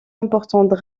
importantes